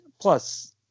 plus